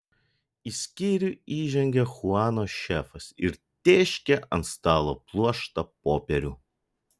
į skyrių įžengė chuano šefas ir tėškė ant stalo pluoštą popierių